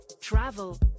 travel